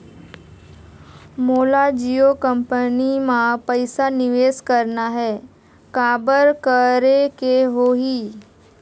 मोला जियो कंपनी मां पइसा निवेश करना हे, काबर करेके होही?